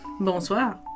Bonsoir